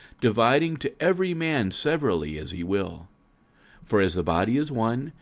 dividing to every man severally as he will for as the body is one,